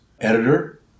editor